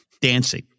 dancing